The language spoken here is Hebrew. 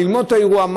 ללמוד את האירוע,